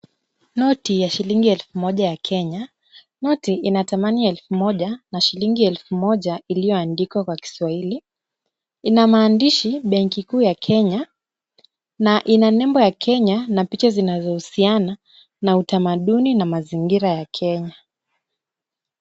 Noti ya shilingi elfu moja ya Kenya. Noti ina thamani ya elfu moja na shilingi elfu moja iliyoandikwa kwa Kiswahili. Ina maandishi "benki kuu ya Kenya" na ina nembo ya Kenya na picha zinazohusiana na utamaduni na mazingira ya Kenya.